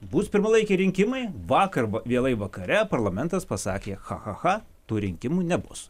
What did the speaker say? bus pirmalaikiai rinkimai vakar va vėlai vakare parlamentas pasakė cha cha cha tų rinkimų nebus